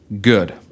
good